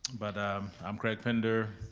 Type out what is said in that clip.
but um i'm craig pender,